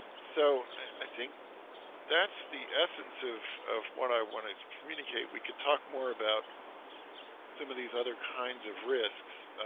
so i think that's the essence of of what i want to communicate. we could talk more about some of these other kinds of risks